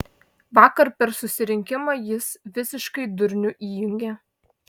vakar per susirinkimą jis visiškai durnių įjungė